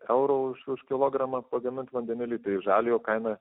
euro už kilogramą pagamint vandeniliui tai žaliojo kaina